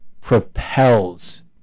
propels